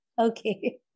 Okay